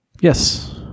Yes